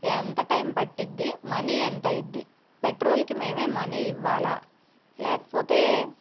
ఎంత టైమ్ పడుతుంది మనీ ఎంత అవుతుంది పెట్రోల్కి మేమే మనీ ఇవ్వాలా లేకపోతే